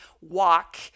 walk